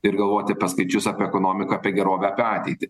ir galvoti apie skaičius apie ekonomiką apie gerovę apie ateitį